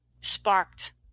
sparked